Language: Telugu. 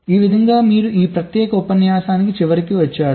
ఈ విధంగా మీరు ప్రత్యేక ఉపన్యాసం చివరికి వస్తారు